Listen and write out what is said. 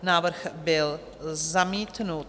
Návrh byl zamítnut.